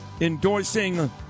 endorsing